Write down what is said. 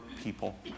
people